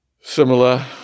similar